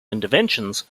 interventions